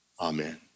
Amen